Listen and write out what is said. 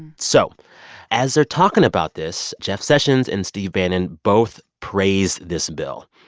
so as they're talking about this, jeff sessions and steve bannon both praised this bill.